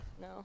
no